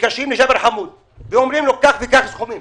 מתקשרים לג'בר חמוד ואומרים לו כך וכך סכומים,